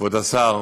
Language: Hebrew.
כבוד השר,